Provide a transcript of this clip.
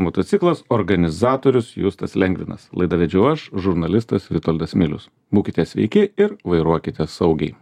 motociklas organizatorius justas lengvinas laidą vedžiau aš žurnalistas vitoldas milius būkite sveiki ir vairuokite saugiai